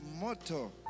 motto